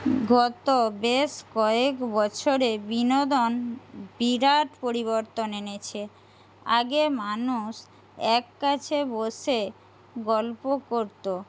গত বেশ কয়েক বছরে বিনোদন বিরাট পরিবর্তন এনেছে আগে মানুষ এক কাছে বসে গল্প করতো